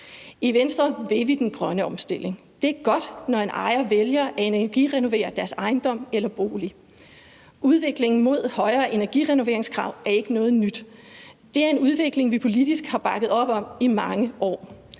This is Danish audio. I Venstre vil vi den grønne omstilling. Det er godt, når en ejer vælger at energirenovere sin ejendom eller bolig. Udviklingen mod højere energirenoveringskrav er ikke noget nyt. Det er en udvikling, vi politisk har bakket op om i mange år,